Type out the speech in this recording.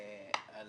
על